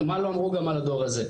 מה לא אמרו גם על הדור הזה,